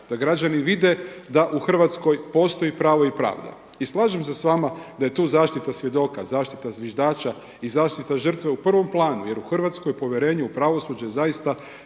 da građani vide da u Hrvatskoj postoji pravo i pravda. I slažem se s vama da je tu zaštita svjedoka, zaštita zviždača i zaštita žrtve u prvom planu jer u Hrvatskoj povjerenje u pravosuđe je zaista